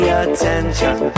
attention